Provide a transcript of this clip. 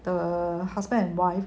err the husband and wife